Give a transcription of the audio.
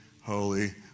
holy